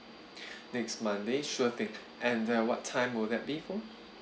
next monday sure thing and uh what time will that be for